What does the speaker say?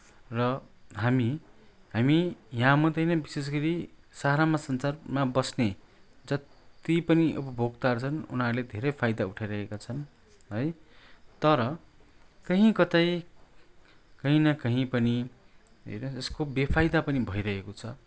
र हामी हामी यहाँ मात्रै होइन विशेषगरि सारामा संसारमा बस्ने जत्ति पनि उपभोक्ताहरू छन् उनीहरूले धेरै फाइदा उठाइरहेका छन् है तर कहीँ कतै कहीँ न कहीँ पनि हेर यस्को बेफाइदा पनि भइरहेको छ